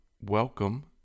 welcome